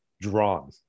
drawn